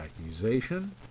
accusation